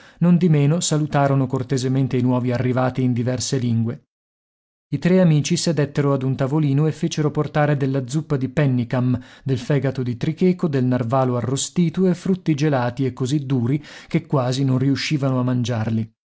cortesemente i nuovi arrivati in diverse lingue i tre amici sedettero ad un tavolino e fecero portare della zuppa di pemmican del fegato di tricheco del narvalo arrostito e frutti gelati e così duri che quasi non riuscivano a mangiarli